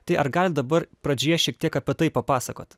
tai ar galit dabar pradžioje šiek tiek apie tai papasakot